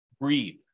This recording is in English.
Breathe